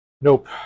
Nope